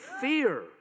fear